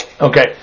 Okay